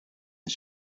een